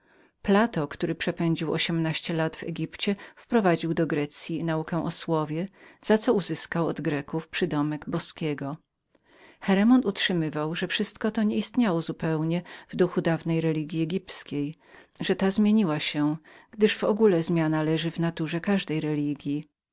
plato który przepędził ośmnaście lat w egipcie wprowadził do greków teoryę o słowie za co uzyskał od nich przydomek boskiego cheremon utrzymywał że wszystko to nie znajdowało się zupełnie w duchu dawnej religji egipskiej że ta zmieniła się jak w ogóle zmiana leżała w naturze każdej religji